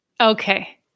Okay